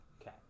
Okay